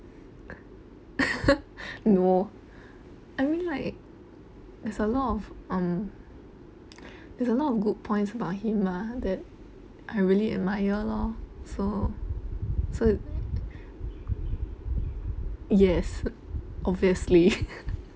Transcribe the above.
no I mean like there's a lot of um there's a lot of good points about him mah that I really admire lor so so yes obviously